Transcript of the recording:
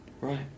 Right